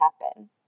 happen